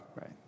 Right